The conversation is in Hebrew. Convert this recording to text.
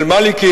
אל-מאלכי,